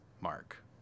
mark